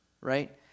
right